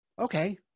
Okay